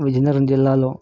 విజయనగరం జిల్లాలో